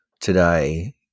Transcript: today